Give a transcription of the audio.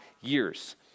years